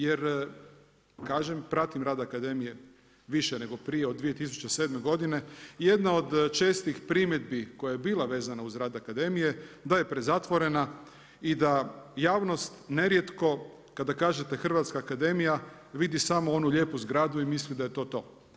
Jer, kažem, pratim rad akademije više nego prije od 2007. godine i jedna od čestih primjedbi koja je bila vezana uz rad Akademije da je prezatvorena i da javnost nerijetko kada kažete Hrvatska akademija vidi samo onu lijepu zgradu i misli da je to to.